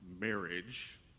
marriage